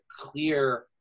clear